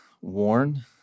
worn